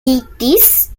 hits